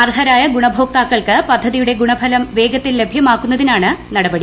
അർഹരായ ഗുണഭോക്താക്കൾക്ക് പദ്ധതിയുടെ ഗുണഫലം വേഗത്തിൽ ലഭ്യമാക്കുന്നതിനാണ് നടപടി